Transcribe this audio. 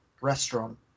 restaurant